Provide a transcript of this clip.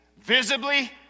visibly